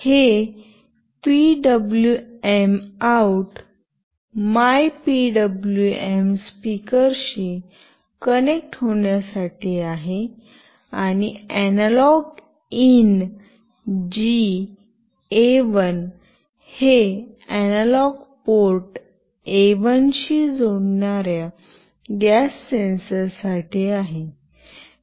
हे PWM out मायपीडब्लूएम स्पीकरशी कनेक्ट होण्यासाठी आहे आणि अनालॉग इन जी ए1 हे अनालॉग पोर्ट ए1 शी जोडणार्या गॅस सेन्सरसाठी आहे